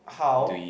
how